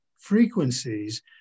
frequencies